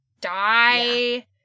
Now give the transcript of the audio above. die